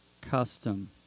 custom